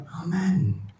Amen